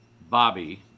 Bobby